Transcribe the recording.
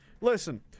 listen